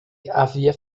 havia